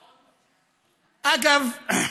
אגב,